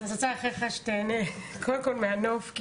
אני רוצה לאחל לך שתהנה קודם כל מהנוף.